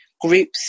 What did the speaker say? groups